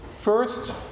First